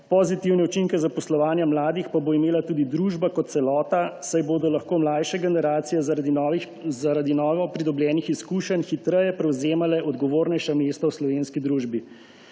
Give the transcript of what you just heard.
pozitivne učinke zaposlovanja mladih pa bo imela tudi družba kot celota, saj bodo lahko mlajše generacije zaradi novopridobljenih izkušenj hitreje prevzemale odgovornejša mesta v slovenski družbi.